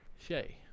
Shay